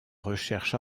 recherche